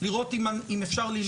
-- לראות אם אפשר ללמוד מהדברים.